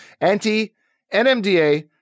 Anti-NMDA